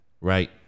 right